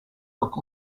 look